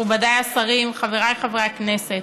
מכובדיי השרים, חבריי חברי הכנסת,